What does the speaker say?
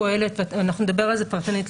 אנחנו נדבר על זה פרטנית,